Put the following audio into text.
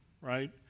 right